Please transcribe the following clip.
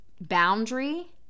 boundary